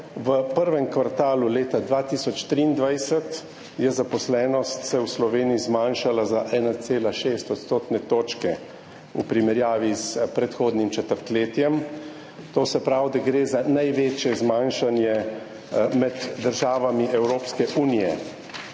v prvem kvartalu leta 2023 se je zaposlenost v Sloveniji zmanjšala za 1,6 odstotne točke v primerjavi s predhodnim četrtletjem. To se pravi, da gre za največje zmanjšanje med državami Evropske unije.